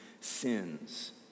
sins